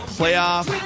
playoff